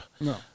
No